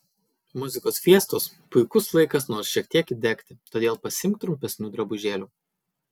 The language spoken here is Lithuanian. muzikos fiestos puikus laikas nors šiek tiek įdegti todėl pasiimk trumpesnių drabužėlių